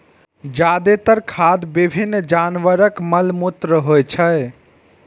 जादेतर खाद विभिन्न जानवरक मल मूत्र होइ छै